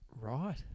right